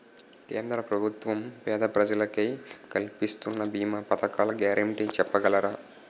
కేంద్ర ప్రభుత్వం పేద ప్రజలకై కలిపిస్తున్న భీమా పథకాల గ్యారంటీ చెప్పగలరా?